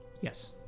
yes